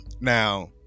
now